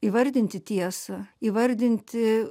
įvardinti tiesą įvardinti